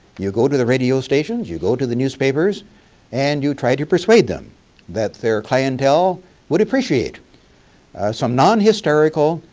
you go to the radio stations, you go to the newspapers and you try to persuade them that their clientele would appreciate some non-hysterical,